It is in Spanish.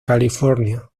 california